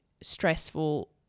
stressful